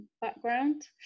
background